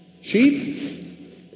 Sheep